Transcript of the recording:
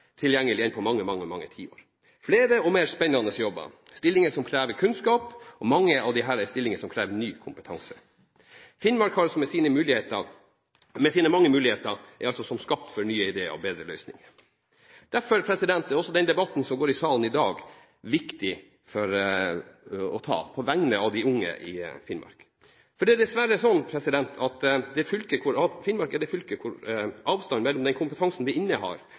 tilgjengelig enn på mange, mange tiår. Flere og mer spennende jobber, stillinger som krever kunnskap – mange av disse er stillinger som krever ny kompetanse. Finnmark med sine mange muligheter er som skapt for nye ideer og bedre løsninger. Derfor er den debatten som går i salen i dag, viktig å ta på vegne av de unge i Finnmark. Finnmark er nok dessverre det fylket hvor avstanden mellom den kompetansen vi